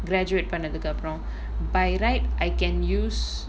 graduate பண்ணதுக்கு அப்புரோ:pannathuku appuro by right I can use